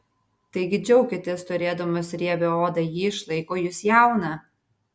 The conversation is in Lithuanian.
taigi džiaukitės turėdamos riebią odą ji išlaiko jus jauną